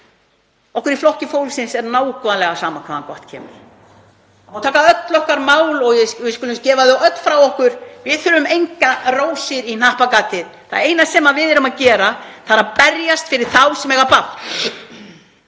Okkur í Flokki fólksins er nákvæmlega sama hvaðan gott kemur. Það má taka öll okkar mál og við skulum gefa þau öll frá okkur, við þurfum enga rós í hnappagatið. Það eina sem við erum að gera er að berjast fyrir þá sem eiga bágt.